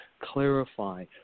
clarify